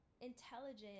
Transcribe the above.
intelligent